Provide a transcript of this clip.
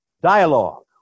dialogue